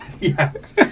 Yes